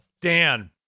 Dan